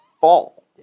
fall